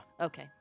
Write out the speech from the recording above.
Okay